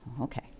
Okay